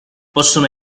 possono